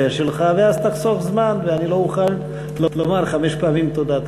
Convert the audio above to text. ואז תחסוך זמן ואני לא אוכל לומר חמש פעמים תודה,